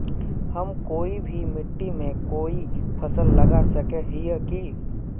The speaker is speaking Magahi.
हम कोई भी मिट्टी में कोई फसल लगा सके हिये की?